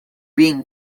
being